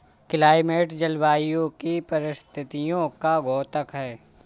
climate जलवायु की परिस्थितियों का द्योतक है